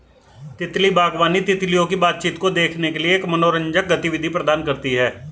तितली बागवानी, तितलियों की बातचीत को देखने के लिए एक मनोरंजक गतिविधि प्रदान करती है